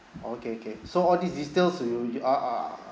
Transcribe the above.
okay okay so all these details you'll uh uh